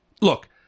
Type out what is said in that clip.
Look